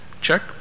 Check